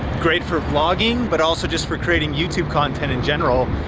great for vlogging, but also just for creating youtube content in general.